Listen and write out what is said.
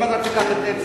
אם אתה תיקח את,